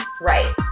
right